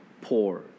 poor